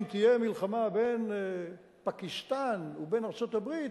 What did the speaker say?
שאם תהיה מלחמה בין פקיסטן ובין ארצות-הברית,